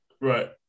Right